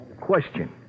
Question